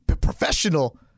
professional